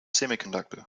semiconductor